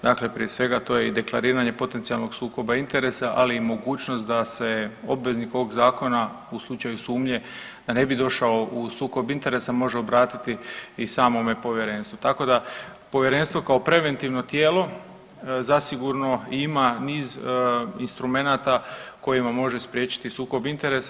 Dakle, prije svega, to je i deklariranje potencijalnog sukoba interesa, ali i mogućost da se obveznik ovog Zakona u slučaju sumnje, da ne bi došao u sukob interesa, može obratiti i samome Povjerenstvu, tako da Povjerenstvo kao preventivno tijelo zasigurno ima niz instrumenata kojima može spriječiti sukob interesa.